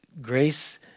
grace